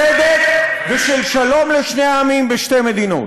של צדק ושל שלום לשני העמים בשתי מדינות.